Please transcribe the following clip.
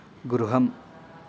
गृहम्